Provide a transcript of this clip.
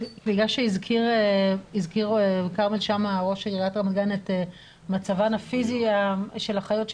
הזכיר כרמל שאמה ראש עיריית רמת גן את מצבן הפיזי של החיות,